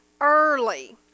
early